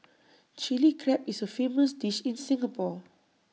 Chilli Crab is A famous dish in Singapore